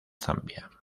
zambia